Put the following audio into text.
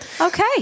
Okay